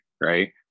right